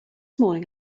morning